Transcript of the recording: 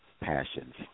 passions